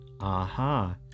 aha